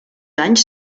anys